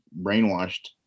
brainwashed